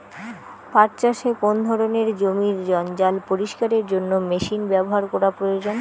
পাট চাষে কোন ধরনের জমির জঞ্জাল পরিষ্কারের জন্য মেশিন ব্যবহার করা প্রয়োজন?